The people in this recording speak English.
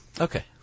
Okay